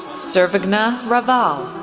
sarvgna raval,